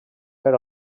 per